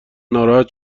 ناراحت